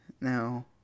now